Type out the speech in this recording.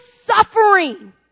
suffering